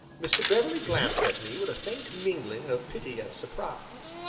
mr. beverley glanced at me with a faint mingling of pity and surprise.